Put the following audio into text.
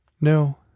No